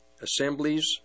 assemblies